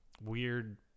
weird –